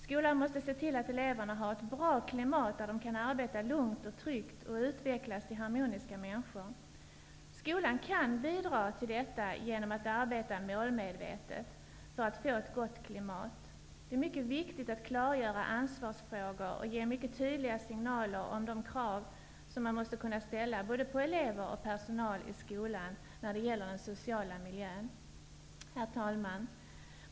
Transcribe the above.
Skolan måste se till att eleverna har ett bra klimat där de kan arbeta lugnt och tryggt och utvecklas till harmoniska människor. Skolan kan bidraga till detta genom att arbeta målmedvetet för att få ett gott klimat. Det är mycket viktigt att klargöra ansvarsfrågor och ge mycket tydliga signaler om de krav som man måste kunna ställa både på elever och personal i skolan, när det gäller den sociala miljön. Herr talman!